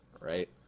right